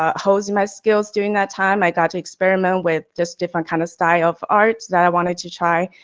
ah honed my skills during that time i got to experiment with just different kind of style of arts that i wanted to try.